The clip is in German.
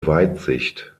weitsicht